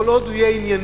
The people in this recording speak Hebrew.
כל עוד הוא יהיה ענייני,